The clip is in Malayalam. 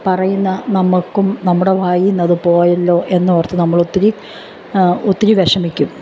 പറയുന്ന നമ്മൾക്കും നമ്മുടെ വായിൽ നിന്നത് പോയല്ലോ എന്നോർത്ത് നമ്മൾ ഒത്തിരി ഒത്തിരി വിഷമിക്കും